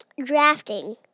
drafting